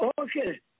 Okay